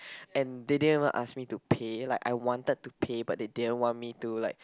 and they didn't even ask me to pay like I wanted to pay but they didn't want me to like